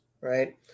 right